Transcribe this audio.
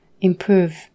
improve